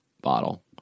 bottle